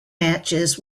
matches